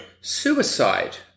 suicide